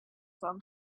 some